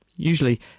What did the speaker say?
usually